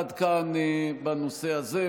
עד כאן בנושא הזה.